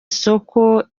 isoko